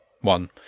one